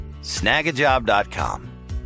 Snagajob.com